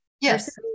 Yes